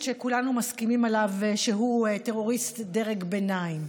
שכולנו מסכימים עליו שהוא טרוריסט מדרג ביניים.